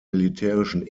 militärischen